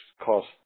cost